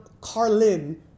Carlin